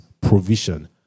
provision